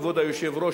כבוד היושב-ראש,